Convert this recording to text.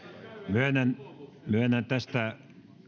myönnän myönnän tästä